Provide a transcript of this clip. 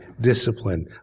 discipline